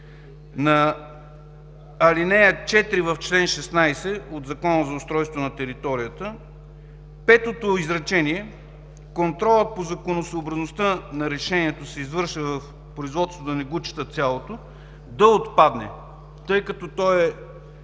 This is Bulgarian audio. в ал. 4 на чл. 16 от Закона за устройство на територията петото изречение: „Контролът по законосъобразността на решението се извършва в производство…“ – да не го чета цялото, да отпадне, тъй като то е